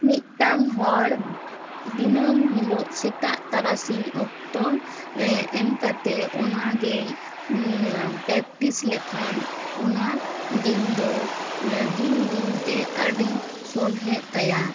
ᱢᱤᱫᱴᱟᱝ ᱦᱚᱲ ᱫᱤᱱᱟᱹᱢ ᱦᱤᱞᱳᱜ ᱥᱮᱛᱟᱜ ᱛᱟᱨᱟᱥᱤᱧ ᱚᱠᱛᱚ ᱮᱢ ᱠᱟᱛᱮ ᱚᱱᱟ ᱜᱮᱭ ᱯᱨᱮᱠᱴᱤᱥ ᱞᱮᱠᱷᱟᱱ ᱚᱱᱟ ᱫᱤᱫ ᱫᱚ ᱫᱤᱱ ᱫᱤᱱ ᱛᱮ ᱟᱹᱰᱤ ᱥᱚᱞᱦᱮᱜ ᱛᱟᱭᱟ